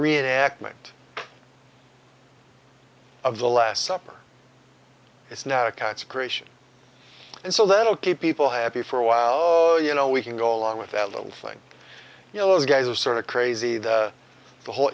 reenactment of the last supper it's not a consecration and so that'll keep people happy for a while you know we can go along with that little thing you know those guys are sort of crazy the whole